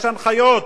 יש הנחיות.